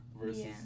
versus